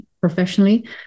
professionally